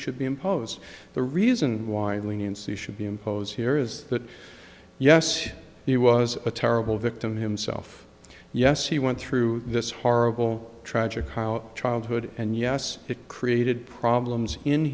should be imposed the reason why the leniency should be imposed here is that yes he was a terrible victim himself yes he went through this horrible tragic how childhood and yes it created problems in